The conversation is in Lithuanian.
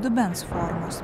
dubens formos